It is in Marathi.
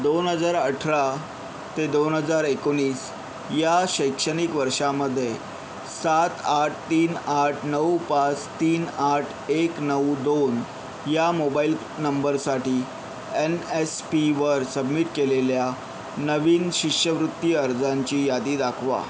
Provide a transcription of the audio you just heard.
दोन हजार अठरा ते दोन हजार एकोणीस या शैक्षणिक वर्षामध्ये सात आठ तीन आठ नऊ पाच तीन आठ एक नऊ दोन या मोबाईल नंबरसाठी एन एस पीवर सबमिट केलेल्या नवीन शिष्यवृत्ती अर्जांची यादी दाखवा